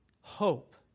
hope